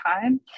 time